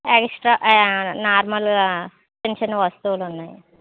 extra normal చిన్న చిన్న వస్తువులున్నాయి